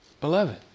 Beloved